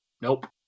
Nope